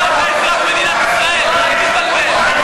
נכון?